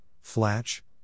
Flatch